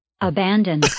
Abandon